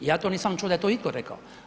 Ja to nisam čuo da je to itko rekao.